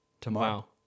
tomorrow